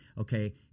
Okay